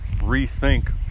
rethink